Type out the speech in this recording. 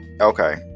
Okay